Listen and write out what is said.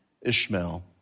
Ishmael